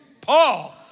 Paul